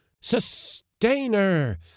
Sustainer